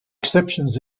exceptions